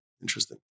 interesting